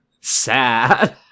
sad